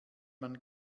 man